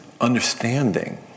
understanding